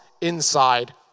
inside